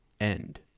end